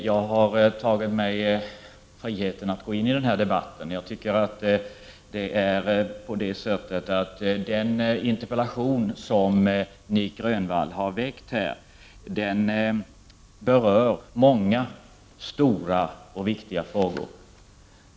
Fru talman! Jag tar mig friheten att gå in i denna debatt. Den interpellation som Nic Grönvall har väckt berör många stora och viktiga frågor.